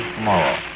Tomorrow